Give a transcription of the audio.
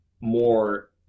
more